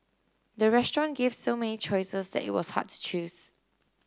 the restaurant gave so many choices that it was hard to choose